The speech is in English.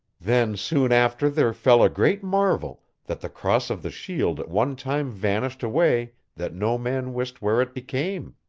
then soon after there fell a great marvel, that the cross of the shield at one time vanished away that no man wist where it became.